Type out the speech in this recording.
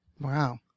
wow